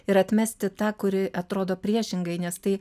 ir atmesti tą kuri atrodo priešingai nes tai